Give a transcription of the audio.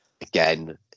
again